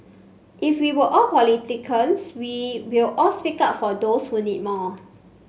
if we were all politicians we will all speak up for those who need more